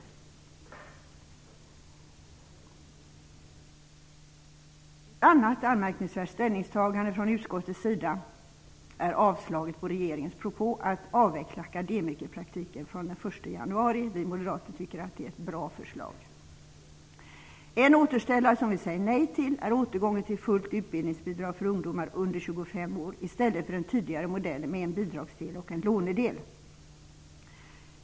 Ett annat anmärkningsvärt ställningstagande från utskottets sida är avslaget på regeringens propos att avveckla akademikerpraktiken från den 1 januari. Vi moderater tycker att det är ett bra förslag. En annan återställare, som vi säger nej till, är återgången till fullt utbildningsbidrag för ungdomar under 25 år i stället för den tidigare modellen med en bidragsdel och en lånedel.